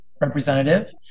representative